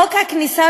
חוק הכניסה,